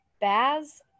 Baz